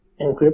encrypt